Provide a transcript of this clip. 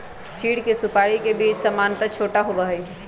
चीड़ के सुपाड़ी के बीज सामन्यतः छोटा होबा हई